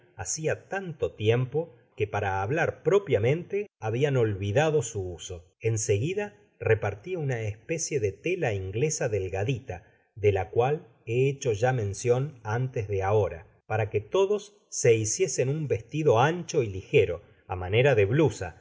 hacia tanto tiempo que para hablar propiamente habian olvidado su use en seguida reparti una especie de tela inglesa delgadita de la cual he hecho ya mencion antes daahera para que todos se hiciesen un vestido ancho y ligero á manera da blusa iraje fresco y